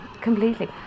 completely